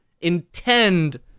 intend